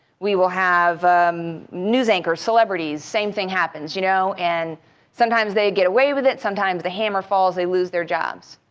we will have news anchors, celebrities, same thing happens. you know and sometimes they get away with it, sometimes the hammer falls, they lose their jobs,